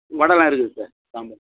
வடைலாம் இருக்குது சார் சாம்பார்